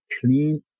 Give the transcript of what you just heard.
clean